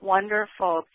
Wonderful